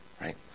Right